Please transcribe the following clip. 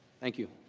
thank you.